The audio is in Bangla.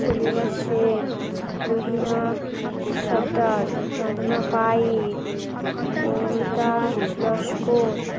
সেলিমা শেখ রোহিনা সর্দার নাজমা পাইক মৌমিতা লস্কর